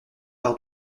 par